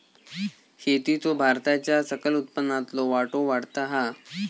शेतीचो भारताच्या सकल उत्पन्नातलो वाटो वाढता हा